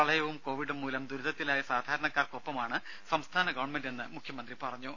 പ്രളയവും കോവിഡും മൂലം ദുരിതത്തിലായ സാധാരണക്കാർക്കൊപ്പമാണ് സംസ്ഥാന ഗവൺമെന്റെന്ന് മുഖ്യമന്ത്രി പറഞ്ഞു